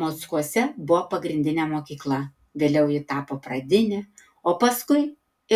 mockuose buvo pagrindinė mokykla vėliau ji tapo pradinė o paskui